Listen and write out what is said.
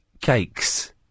cakes